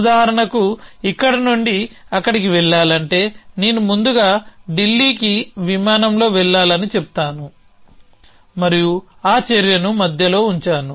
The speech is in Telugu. ఉదాహరణకు ఇక్కడ నుండి అక్కడికి వెళ్లాలంటే నేను ముందుగా ఢిల్లీకి విమానంలో వెళ్లాలని చెబుతాను మరియు ఆ చర్యను మధ్యలో ఉంచాను